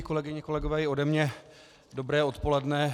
Kolegyně, kolegové, i ode mě dobré odpoledne.